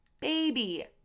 baby